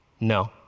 No